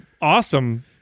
awesome